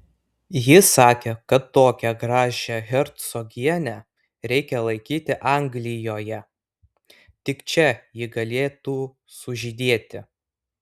jis sakė kad tokią gražią hercogienę reikia laikyti anglijoje tik čia ji galėtų sužydėti